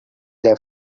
their